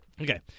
Okay